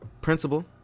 principal